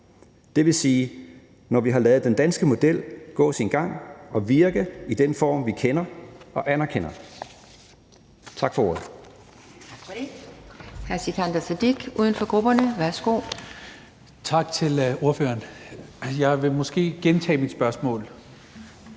Det vil sige, når vi har ladet den danske model gå sin gang og virke i den form, vi kender og anerkender. Tak for ordet.